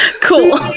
Cool